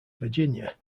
virginia